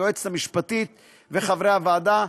היועצת המשפטית וחברי הוועדה,